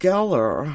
Geller